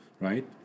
right